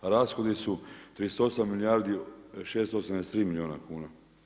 Rashodi su 38 milijardi 683 milijuna kuna.